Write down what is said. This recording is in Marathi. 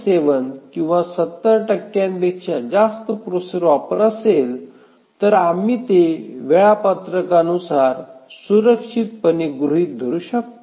70 किंवा ७० पेक्षा जास्त प्रोसेसर वापर असेल तर आम्ही ते वेळापत्रकानुसार ते सुरक्षितपणे गृहित धरू शकतो